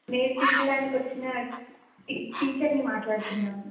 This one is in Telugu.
నేర్పించడానికి వచ్చిన టీచర్ని మాట్లాడుతున్నాను